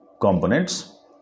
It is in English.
components